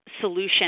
solution